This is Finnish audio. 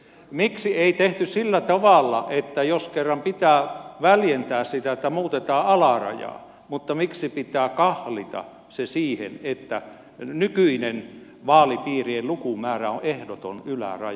miksi ei tehty sillä tavalla että jos kerran pitää väljentää sitä että muutetaan alarajaa pitää kahlita se siihen että nykyinen vaalipiirien lukumäärä on ehdoton yläraja